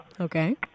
Okay